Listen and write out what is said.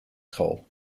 school